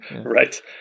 Right